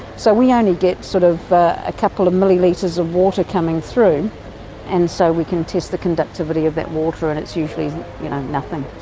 so we only get sort of a couple of millilitres of water coming through and so we can test the conductivity of that water and it's usually nothing.